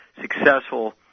successful